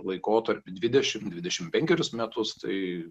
laikotarpį dvidešim dvidešim penkerius metus tai